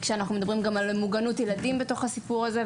כשאנחנו מדברים גם על מוגנות ילדים בתוך הסיפור הזה.